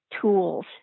tools